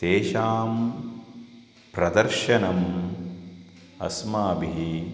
तेषां प्रदर्शनम् अस्माभिः